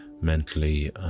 mentally